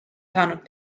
saanud